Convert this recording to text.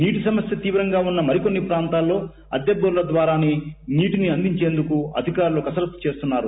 నీటి సమస్య తీవ్రంగా ఉన్న మరికొన్ని ప్రాంతాల్లో అద్దె బోర్ల ద్వారా నీటిని అందించేందుకు అధికారులు కసరత్తు చేస్తున్నారు